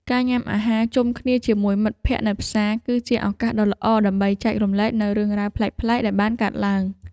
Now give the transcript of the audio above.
ការញ៉ាំអាហារជុំគ្នាជាមួយមិត្តភក្តិនៅផ្សារ គឺជាឱកាសដ៏ល្អដើម្បីចែករំលែកនូវរឿងរ៉ាវប្លែកៗដែលបានកើតឡើង។